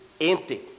empty